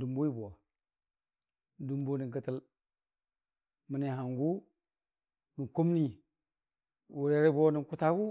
dumboi bo. Dumbonən kətəl məni hangʊ nən kumni, wʊrerə bo nən kʊta gʊ.